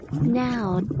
Now